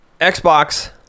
Xbox